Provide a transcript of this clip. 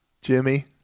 Jimmy